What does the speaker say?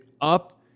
up